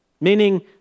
meaning